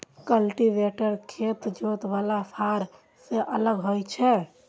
cultivator खेत जोतय बला फाड़ सं अलग होइ छै